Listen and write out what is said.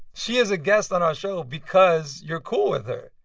she is a guest on our show because you're cool with her.